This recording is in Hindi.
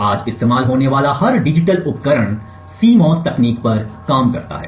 आज इस्तेमाल होने वाला हर डिजिटल उपकरण CMOS तकनीक पर काम करता है